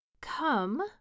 Come